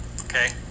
okay